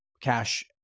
cash